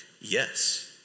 yes